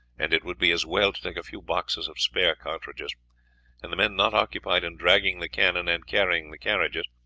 and it would be as well to take a few boxes of spare cartridges and the men not occupied in dragging the cannon and carrying the carriages,